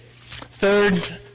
Third